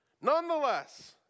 nonetheless